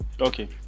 Okay